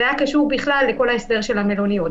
זה היה קשור בכלל לכל ההסדר של המלוניות.